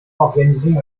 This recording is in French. organisée